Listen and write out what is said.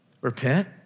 Repent